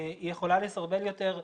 היא יכולה לסרבל יותר.